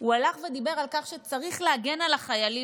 הוא הלך ודיבר על כך שצריך להגן על החיילים,